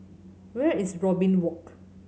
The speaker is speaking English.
where is Robin Walk